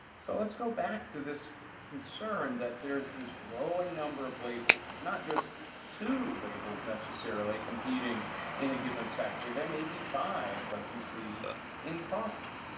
so let's go back to this concern that there's this growing number of labels. it's not just two labels, necessarily, competing in a given sector. there may be five, like we see in coffee.